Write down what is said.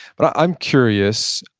but i'm curious,